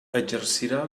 exercirà